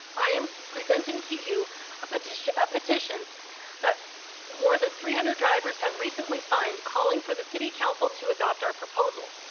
i am presenting to you a petition ah petition that more than three hundred drivers have recently signed calling for the city council to adopt our proposal.